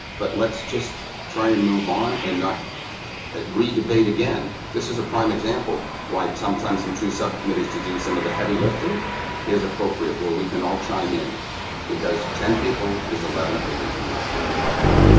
but let's just try and move on and not read abate again this is a prime example why sometimes some two subcommittees to do some of the heavy lifting is appropriate where we can all chime in because ten people is eleven opinions in my perspective